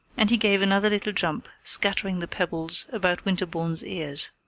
and he gave another little jump, scattering the pebbles about winterbourne's ears.